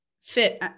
fit